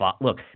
look